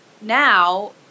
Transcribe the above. now